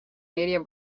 media